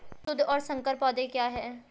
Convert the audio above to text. शुद्ध और संकर पौधे क्या हैं?